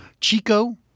Chico